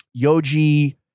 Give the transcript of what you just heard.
yoji